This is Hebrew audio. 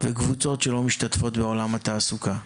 וקבוצות שלא משתתפות בעולם התעסוקה.